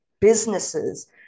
Businesses